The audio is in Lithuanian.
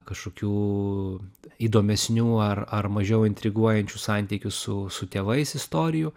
kažkokių įdomesnių ar ar mažiau intriguojančių santykių su su tėvais istorijų